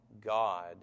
God